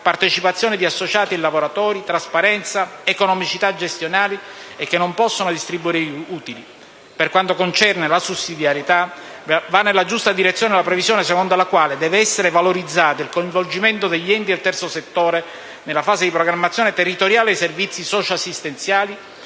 partecipazione di associati e lavoratori, trasparenza, economicità gestionale e non potranno distribuire utili. Per quanto concerne la sussidiarietà, va nella giusta direzione la previsione secondo la quale deve essere valorizzato il coinvolgimento degli enti del terzo settore nella fase di programmazione territoriale dei servizi socio-assistenziali